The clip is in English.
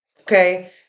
Okay